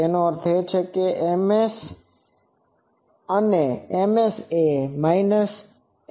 એનો અર્થ એ છે કે ત્યાં Ms છે